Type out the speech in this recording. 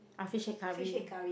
ah fish head curry